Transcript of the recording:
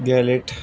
galette